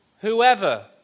whoever